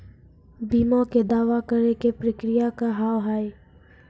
बीमा के दावा करे के प्रक्रिया का हाव हई?